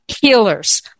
healers